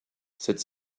cette